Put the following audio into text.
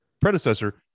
predecessor